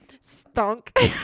Stunk